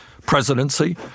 presidency